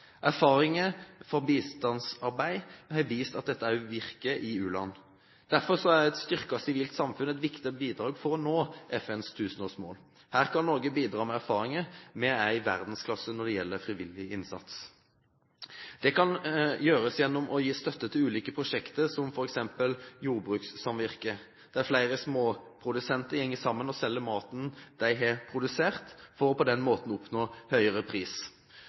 Erfaringer fra bistandsarbeid har vist at dette også virker i u-land. Derfor er et styrket sivilt samfunn et viktig bidrag for å nå FNs tusenårsmål. Her kan Norge bidra med erfaringer – vi er i verdensklasse når det gjelder frivillig innsats. Det kan gjøres gjennom å gi støtte til ulike prosjekter, som f.eks. jordbrukssamvirker, der flere småprodusenter går sammen om å selge maten de har produsert, for på den måten å oppnå høyere pris.